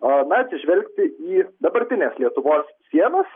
aaa na atsižvelgti į dabartines lietuvos sienas